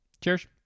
cheers